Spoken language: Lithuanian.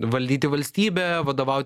valdyti valstybę vadovauti